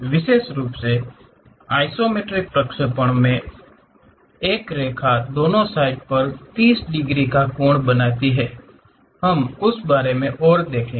विशेष रूप से आइसोमेट्रिक प्रक्षेपणों में से एक रेखा दोने साइड पर 30 डिग्री कोण बनाती है हम उस बारे में और देखेंगे